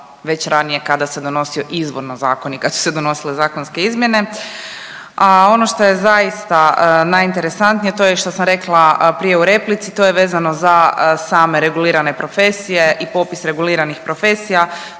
već ranije kada se donosio izvorni zakoni, kad su se donosile zakonske izmjene. A ono što je zaista najinteresantnije to je što sam rekla prije u replici, to je vezano za same regulirane profesija i popis reguliranih profesija.